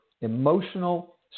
emotional